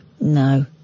No